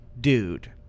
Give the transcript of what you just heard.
dude